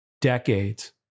decades